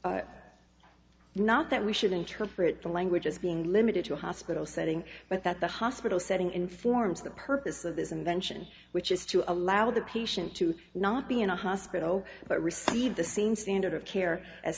is not that we should interpret the language as being limited to a hospital setting but that the hospital setting informs the purpose of this invention which is to allow the patient to not be in a hospital but receive the same standard of care as